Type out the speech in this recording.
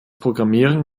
programmieren